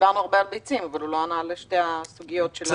דיברנו הרבה על ביצים אבל הוא לא ענה על שתי הסוגיות שהעלינו.